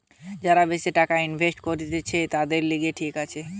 যারা বেশি টাকা ইনভেস্ট করতিছে, তাদের লিগে ঠিক আছে